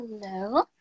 hello